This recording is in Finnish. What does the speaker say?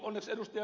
onneksi ed